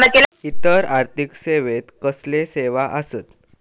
इतर आर्थिक सेवेत कसले सेवा आसत?